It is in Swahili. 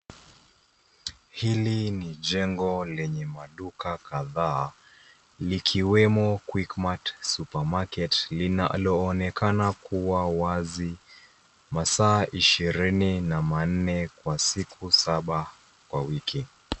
Hili ni jengo lenye maduka kadhaa, likiwemo quickmart supermarket, linaloonekana kuwa wazi masaa ishirini na manne kwa siku saba kwa wiki.